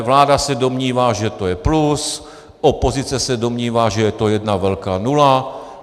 Vláda se domnívá, že to je plus, opozice se domnívá, že je to jedna velká nula.